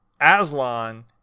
Aslan